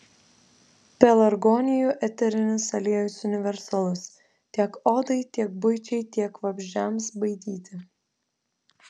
pelargonijų eterinis aliejus universalus tiek odai tiek buičiai tiek vabzdžiams baidyti